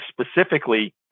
specifically